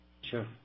Sure